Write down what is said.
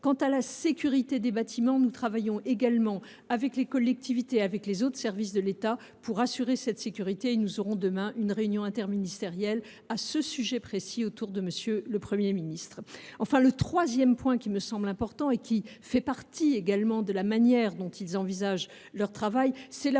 Quant à la sécurité des bâtiments, nous y travaillons également avec les collectivités et avec les autres services de l’État ; nous aurons demain une réunion interministérielle à ce sujet précis autour de M. le Premier ministre. Un troisième point me semble important, qui fait aussi partie de la manière dont ils envisagent leur travail : c’est la